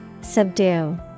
Subdue